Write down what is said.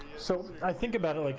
so i think about like